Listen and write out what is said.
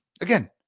again